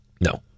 no